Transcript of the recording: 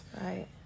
Right